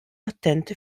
attenti